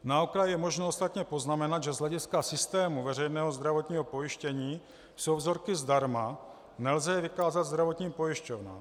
Na okraj je možno ostatně poznamenat, že z hlediska systému veřejného zdravotního pojištění jsou vzorky zdarma, nelze je vykázat zdravotním pojišťovnám.